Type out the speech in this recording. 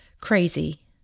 crazy